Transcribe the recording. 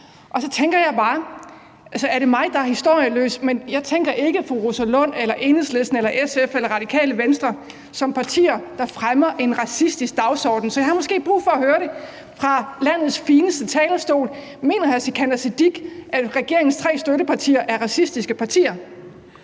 Så tænker jeg bare: Måske er det mig, der er historieløs, men jeg tænker ikke på fru Rosa Lund eller Enhedslisten eller SF eller Radikale Venstre som partier, der fremmer en racistisk dagsorden. Så jeg har måske brug for at høre det fra landets fineste talerstol: Mener hr. Sikandar Siddique, at regeringens tre støttepartier er racistiske partier?